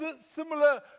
similar